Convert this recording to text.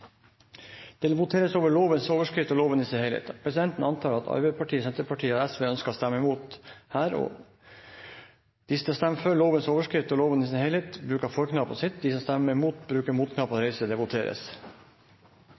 Det voteres over lovens overskrift og loven i sin helhet. Presidenten antar at Arbeiderpartiet, Senterpartiet og Sosialistisk Venstreparti ønsker å stemme imot. Lovvedtaket vil bli ført opp til andre gangs behandling i